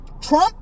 Trump